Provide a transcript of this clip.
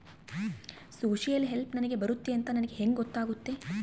Social help ನನಗೆ ಬರುತ್ತೆ ಅಂತ ನನಗೆ ಹೆಂಗ ಗೊತ್ತಾಗುತ್ತೆ?